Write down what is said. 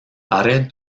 pared